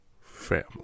family